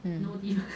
mm